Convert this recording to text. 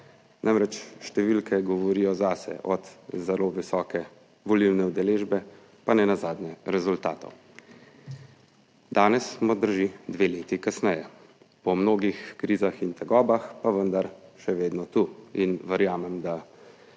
Namreč, številke govorijo zase, od zelo visoke volilne udeležbe pa nenazadnje rezultatov. Danes smo, drži, dve leti kasneje, po mnogih krizah in tegobah, pa vendar še vedno tu. In verjamem, da